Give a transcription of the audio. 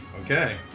Okay